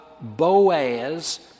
Boaz